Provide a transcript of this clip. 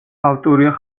ავტორია